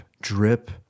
drip